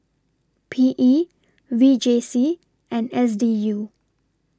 P E V J C and S D U